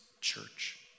church